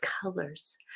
colors